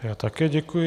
Já také děkuji.